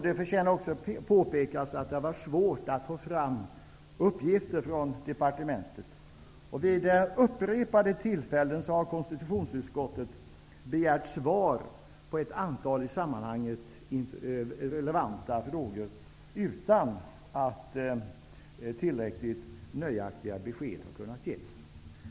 Det förtjänar också påpekas att det har varit svårt att få fram uppgifter från departementet. Vid upprepade tillfällen har konstitutionsutskottet begärt svar på ett antal i sammanhanget relevanta frågor utan att tillräckligt nöjaktiga besked kunnat ges.